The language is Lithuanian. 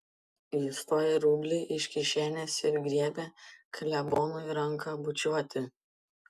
jis tuoj rublį iš kišenės ir griebia klebonui ranką bučiuoti